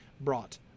brought